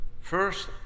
first